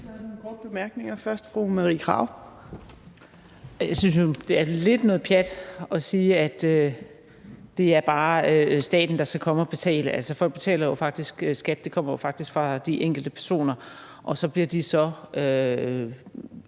Jeg synes, det er lidt noget pjat at sige, at det bare er staten, der skal komme og betale. Altså, folk betaler jo faktisk skat. Det kommer faktisk fra de enkelte personer, og så bliver det så